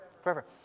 Forever